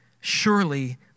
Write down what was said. surely